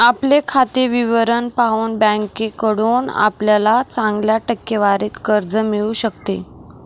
आपले खाते विवरण पाहून बँकेकडून आपल्याला चांगल्या टक्केवारीत कर्ज मिळू शकते